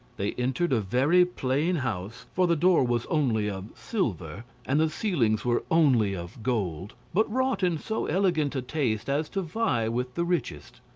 they entered a very plain house, for the door was only of silver, and the ceilings were only of gold, but wrought in so elegant a taste as to vie with the richest.